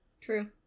True